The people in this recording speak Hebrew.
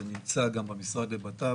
זה נמצא גם במשרד לבט"פ.